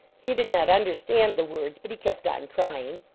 he did not understand the words, but he kept on crying.